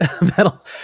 that'll